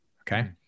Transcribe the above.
Okay